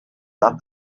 edad